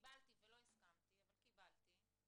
אף על פי שלא הסכמתי וזה